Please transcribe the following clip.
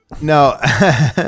No